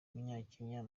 umunyakenya